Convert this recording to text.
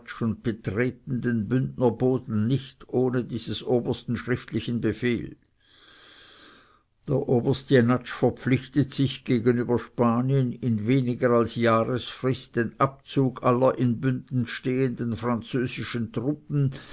betreten den bündnerboden nicht ohne dieses obersten schriftlichen befehl der oberst jenatsch verpflichtet sich gegenüber spanien in weniger als jahresfrist den abzug aller in bünden stehenden französischen truppen